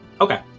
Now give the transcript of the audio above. Okay